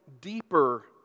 deeper